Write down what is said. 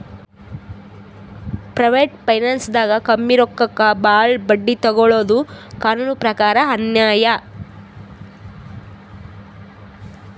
private ಫೈನಾನ್ಸ್ದಾಗ್ ಕಮ್ಮಿ ರೊಕ್ಕಕ್ ಭಾಳ್ ಬಡ್ಡಿ ತೊಗೋಳಾದು ಕಾನೂನ್ ಪ್ರಕಾರ್ ಅನ್ಯಾಯ್